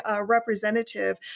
representative